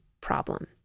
problem